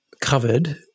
covered